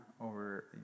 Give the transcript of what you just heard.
over